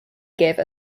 give